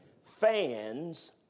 fans